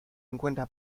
encuentra